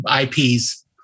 IPs